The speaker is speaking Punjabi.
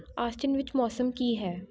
ਆਸਟਿਨ ਵਿੱਚ ਮੌਸਮ ਕੀ ਹੈ